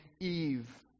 Eve